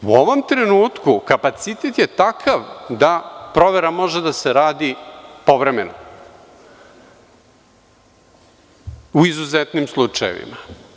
U ovom trenutku kapacitet je takav da provera može da se radi povremeno, u izuzetnim slučajevima.